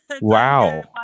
Wow